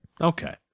Okay